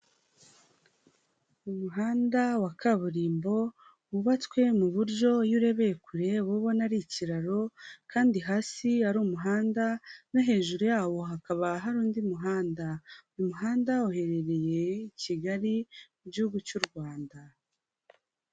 Umuhanda wa kaburimbo wubatswe mu buryo iyo urebeye kure uba ubona ari ikiraro kandi hasi hari umuhanda no hejuru yawo hakaba hari undi muhanda, uyu muhanda uherereye Kigali mu gihugu cy'u Rwanda.